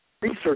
research